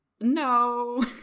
No